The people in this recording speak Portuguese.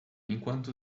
enquanto